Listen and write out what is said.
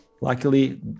luckily